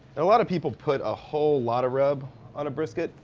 a lot of people put a whole lot of rub on a brisket.